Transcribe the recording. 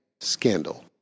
scandal